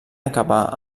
acabar